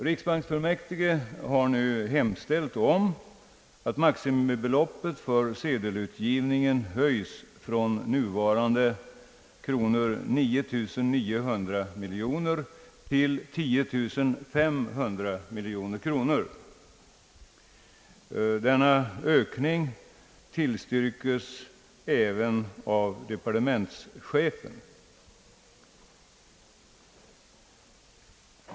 Riksbanksfullmäktige har nu hemställt om att maximibeloppet för sedelutgivning höjs från nuvarande 9900 miljoner kronor till 10 500 miljoner kronor. Denna ökning tillstyrkes även av departementschefen.